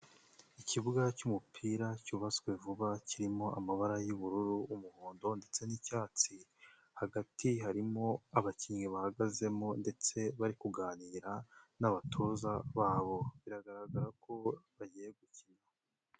Ikibuga cy'umupira cyubatswe vuba kirimo amabara yu'ubururu, umuhondo ndetse n'icyatsi, hagati harimo abakinnyi bahagazemo ndetse bari kuganira n'abatoza babo, biragaragara ko bagiye gukina.